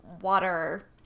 water